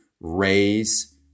raise